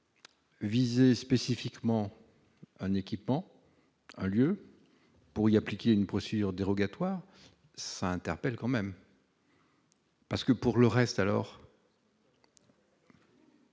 viser spécifiquement un équipement, un lieu pour y appliquer une procédure dérogatoire ça interpelle quand même. Parce que pour le reste, alors.